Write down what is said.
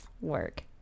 Work